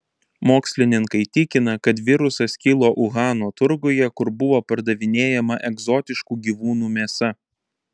mokslininkai tikina kad virusas kilo uhano turguje kur buvo pardavinėjama egzotiškų gyvūnų mėsa